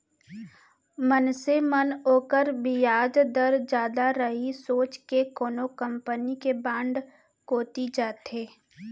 मनसे मन ओकर बियाज दर जादा रही सोच के कोनो कंपनी के बांड कोती जाथें